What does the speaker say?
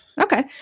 Okay